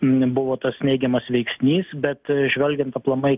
nebuvo tas neigiamas veiksnys bet žvelgiant aplamai